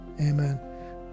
amen